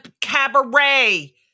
cabaret